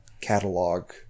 catalog